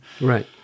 Right